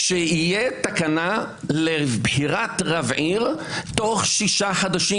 שתהיה תקנה או חוק לבחירת רב עיר בתוך שישה חודשים,